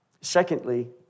Secondly